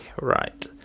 right